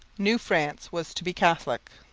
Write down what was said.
new france was to be catholic.